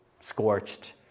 scorched